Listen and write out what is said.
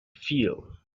feel